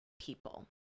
people